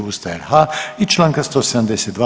Ustava RH i Članka 172.